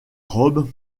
robe